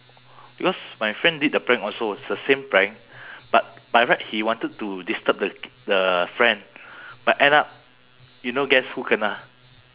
because my friend did the prank also it's the same prank but by right he wanted to disturb the the friend but end up you know guess who kena